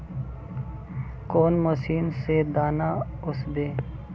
कौन मशीन से दाना ओसबे?